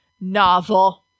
novel